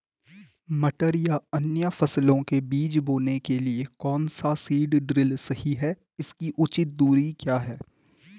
मटर या अन्य फसलों के बीज बोने के लिए कौन सा सीड ड्रील सही है इसकी उचित दूरी क्या है?